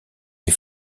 les